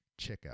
checkout